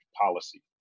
policy